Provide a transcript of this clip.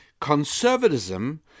Conservatism